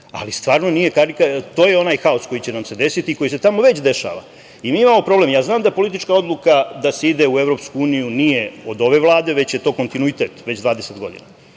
ali stvarno nije, to je onaj haos koji će nam se desiti i koji se tamo već dešava. Mi imamo problem, ja znam da politička odluka da se ide u EU nije od ove Vlade, već je to kontinuitet već 20 godina,